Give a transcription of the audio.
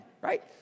Right